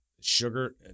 Sugar